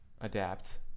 adapt